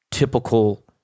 Typical